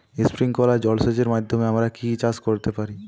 Sprinkler জলসেচের মাধ্যমে আমরা কি কি চাষ করতে পারি?